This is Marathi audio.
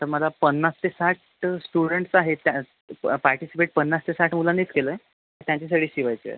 आता मला पन्नास ते साठ स्टुडंटस् आहेत पार्टीसिपेट पन्नास ते साठ मुलांनीच केलं आहे तर त्यांच्यासाठीच शिवायचंय